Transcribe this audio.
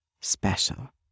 special